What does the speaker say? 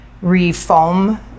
re-foam